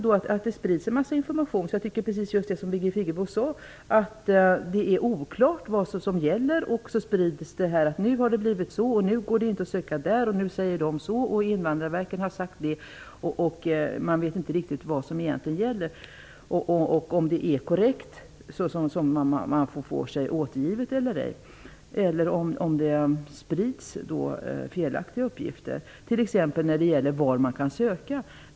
Det sprids en massa information och det är oklart vad som gäller, precis som Birgit Friggebo sade. Det sprids olika uppgifter om vad Invandrarverket har sagt. Man vet inte riktigt om det som man får sig återgivet egentligen är korrekt, t.ex. när det gäller varifrån man kan söka.